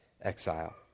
exile